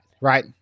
right